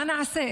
מה נעשה?